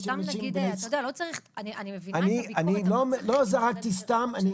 -- אני מבינה את הביקורת -- אני לא זרקתי סתם,